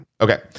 Okay